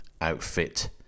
outfit